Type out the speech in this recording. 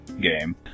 game